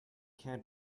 can’t